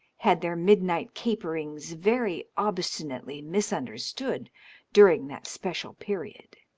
had their midnight caperings very obstinately misunderstood during that special period.